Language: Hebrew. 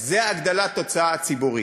ההוצאה הציבורית,